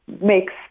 makes